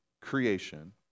creation